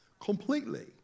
completely